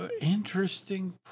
Interesting